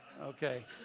okay